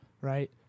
right